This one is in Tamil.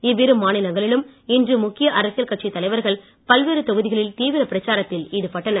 இவ்விரு மாநிலங்களிலும் இன்று முக்கிய அரசியல் கட்சித் தலைவர்கள் பல்வேறு தொகுதிகளில் தீவிரப் பிரச்சாரத்தில் ஈடுபட்டனர்